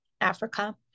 Africa